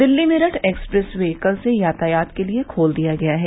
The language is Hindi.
दिल्ली मेरठ एक्सप्रेस वे कल से यातायात के लिए खोल दिया गया है